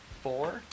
four